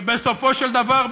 שבסופו של דבר,